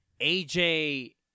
AJ